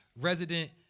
resident